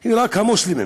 הוא רק המוסלמים.